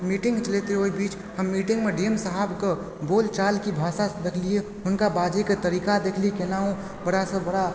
meeting लयत ओहिबिच हम मीटिंगमे डी एम साहबके बोल चालके भाषा देखलियै हुनका बाजयके तरीका देखलियै केना ओ बड़ासँ बड़ा